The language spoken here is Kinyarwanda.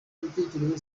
ibitekerezo